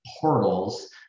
portals